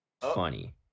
funny